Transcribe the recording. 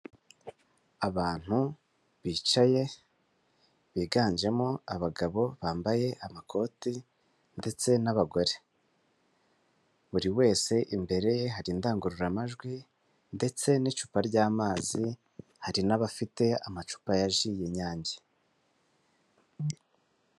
Abantu bicaye biganjemo abagabo bambaye amakoti, ndetse n'abagore, buri wese imbere hari indangururamajwi, ndetse n'icupa ry'amazi hari n'abafite amacupa ya ji y'inyange.